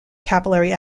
capillary